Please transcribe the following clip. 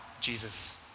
Jesus